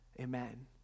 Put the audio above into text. Amen